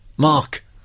Mark